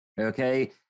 Okay